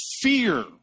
fear